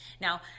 Now